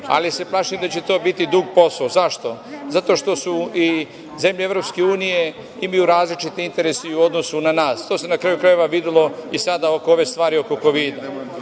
ali se plašim da će to biti dug posao. Zašto? Zato što i zemlje EU imaju različite interese i u odnosu na nas. To se, na kraju krajeva, videlo i sada oko ove stvari oko Kovida. Nije